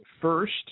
first